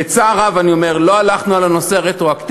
בצער רב אני אומר, לא הלכנו על רטרואקטיבי.